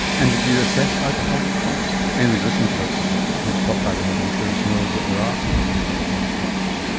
and did you assess out-of-pocket costs? anybody listening to us who's got private health insurance knows that there are significant out-of-pocket costs.